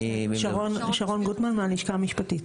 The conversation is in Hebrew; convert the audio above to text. שרון גוטמן מהלשכה המשפטית.